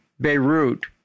Beirut